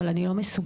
אבל אני לא מסוגלת,